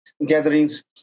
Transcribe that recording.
gatherings